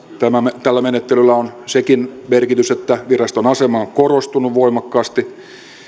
tällä menettelyllä on sekin merkitys että viraston asema on korostunut voimakkaasti